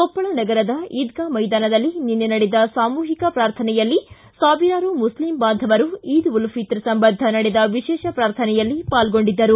ಕೊಪ್ಪಳ ನಗರದ ಈದ್ಗಾ ಮೈದಾನದಲ್ಲಿ ನಿನ್ನೆ ನಡೆದ ಸಾಮೂಹಿಕ ಪ್ರಾರ್ಥನೆಯಲ್ಲಿ ಸಾವಿರಾರು ಮುಸ್ಲಿಂ ಬಾಂದವರು ಈದ್ ಉಲ್ ಫಿತ್ರ್ ಸಂಬಂಧ ನಡೆದ ವಿಶೇಷ ಪ್ರಾರ್ಥನೆಯಲ್ಲಿ ಪಾಲ್ಗೊಂಡಿದ್ದರು